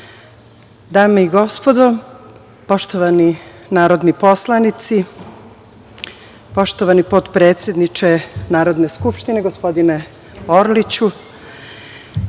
i gospodo, poštovani narodni poslanici, poštovani potpredsedniče Narodne skupštine, gospodine Orliću,